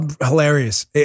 Hilarious